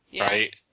Right